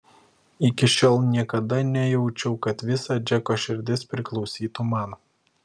iki šiol niekada nejaučiau kad visa džeko širdis priklausytų man